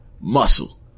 muscle